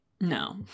no